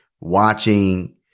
watching